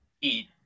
eat